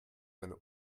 eine